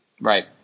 right